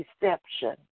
deception